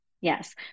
Yes